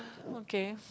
okay